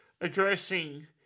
addressing